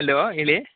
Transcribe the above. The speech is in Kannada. ಹಲೋ ಹೇಳಿ